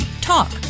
Talk